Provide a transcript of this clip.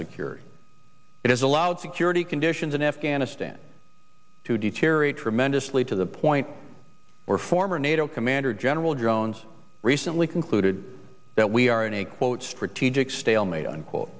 security it has allowed security conditions in afghanistan to deteriorate tremendously to the point where former nato commander general jones recently concluded that we are in a quote strategic stalemate unquote